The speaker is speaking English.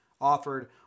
offered